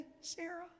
Sarah